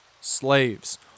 slaves